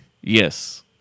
Yes